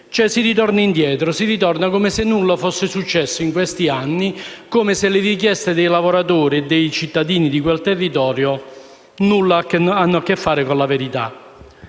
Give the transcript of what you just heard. si ritorna indietro, come se nulla fosse successo in questi anni, come se le richieste dei lavoratori e dei cittadini di quel territorio nulla abbiano a che fare con la verità.